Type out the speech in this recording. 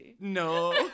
No